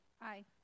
Aye